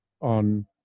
on